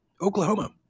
Oklahoma